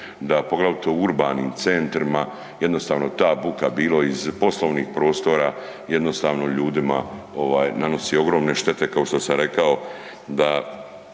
da poglavito u urbanim centrima jednostavno ta buka bilo iz poslovnih prostora jednostavno ljudima ovaj nanosi ogromne štete kao što sam rekao da